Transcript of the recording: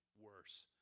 worse